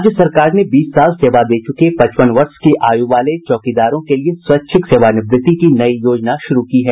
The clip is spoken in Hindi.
राज्य सरकार ने बीस साल सेवा दे चुके पचपन वर्ष की आयु वाले चौकीदारों के लिए स्वैच्छिक सेवानिवृत्ति की नई योजना शुरू की है